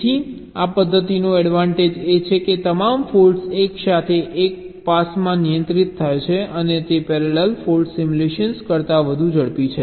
તેથી આ પદ્ધતિનો એડવાન્ટેજ એ છે કે તમામ ફોલ્ટ્સ એકસાથે એક પાસમાં નિયંત્રિત થાય છે અને તે પેરેલલ ફોલ્ટ સિમ્યુલેશન કરતાં વધુ ઝડપી છે